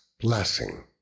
blessing